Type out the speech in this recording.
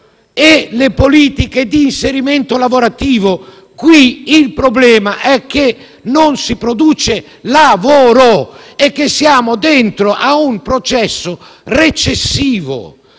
e le politiche di inserimento lavorativo? Qui il problema è che non si produce lavoro e che ci troviamo all'interno di un processo recessivo.